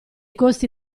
costi